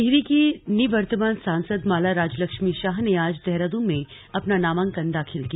टिहरी की निवर्तमान सांसद माला राजलक्ष्मी शाह ने आज देहरादून में अपना नामांकन दाखिल किया